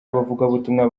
abavugabutumwa